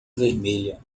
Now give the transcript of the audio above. vermelha